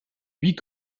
huit